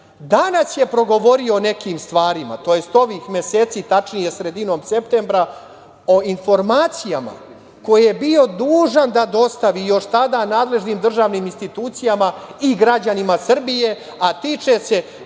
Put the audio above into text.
danas je progovorio o nekim stvarima, tj. ovih meseci, tačnije sredinom septembra, o informacijama koje je bio dužan da dostavi još tada, nadležnim državnim institucijama i građanima Srbije, a tiče se